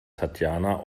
tatjana